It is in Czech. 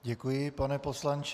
Děkuji, pane poslanče.